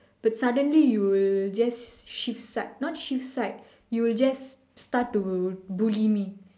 but suddenly you will just shift side not shift side you'll just start to bully me